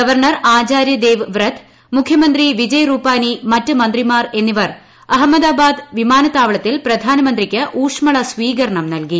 governor Acharya Dev Vrat മുഖ്യമന്ത്രി വിജയ് റൂപാനി മറ്റ് മന്ത്രിമാർ എന്നിവർ അഹമ്മദാബാദ് വിമാനത്താവളത്തിൽ പ്രധാനമന്ത്രിയ്ക്ക് ഊഷ്മളമായ സ്വീകരണം നൽകി